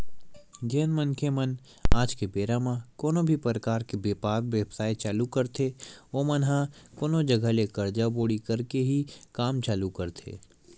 जेन मनखे मन आज के बेरा म कोनो भी परकार के बेपार बेवसाय चालू करथे ओमन ह कोनो जघा ले करजा बोड़ी करके ही काम चालू करथे